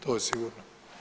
To je sigurno.